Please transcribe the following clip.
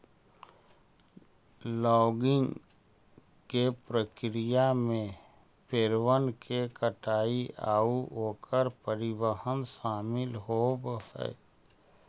logging के प्रक्रिया में पेड़बन के कटाई आउ ओकर परिवहन शामिल होब हई